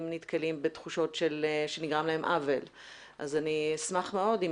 אם נתקלים בתחושות שנגרם להם עוול אז אני אשמח מאוד אם